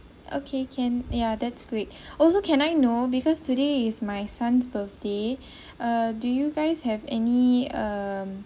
okay can ya that's great also can I know because today is my son's birthday ah do you guys have any um